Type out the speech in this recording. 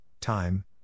time